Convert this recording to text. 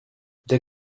this